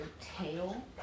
tail